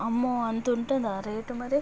అమ్మో అంత ఉంటుందా రేట్ మరి